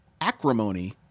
acrimony